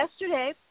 yesterday